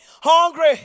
hungry